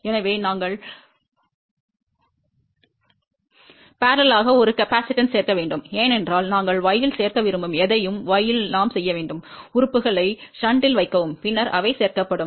எனவே நாங்கள் இணையாக ஒரு கொள்ளளவைச் சேர்க்க வேண்டும் ஏனென்றால் நீங்கள் y இல் சேர்க்க விரும்பும் எதையும் y இல் நாம் செய்ய வேண்டும் உறுப்புகளை ஷண்டில் வைக்கவும் பின்னர் அவை சேர்க்கப்படும்